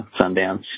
Sundance